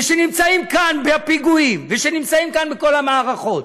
ושנמצאים כאן בפיגועים ושנמצאים כאן בכל המערכות,